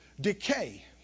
decay